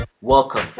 Welcome